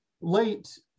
late